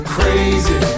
Crazy